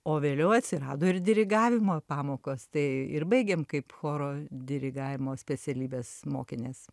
o vėliau atsirado ir dirigavimo pamokos tai ir baigėm kaip choro dirigavimo specialybės mokinės